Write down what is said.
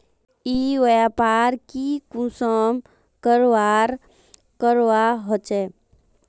ई व्यापार की कुंसम करवार करवा होचे?